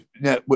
now